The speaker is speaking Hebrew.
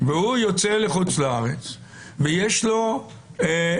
והוא יוצא לחוץ לארץ ויש לו ביטוח,